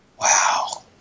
Wow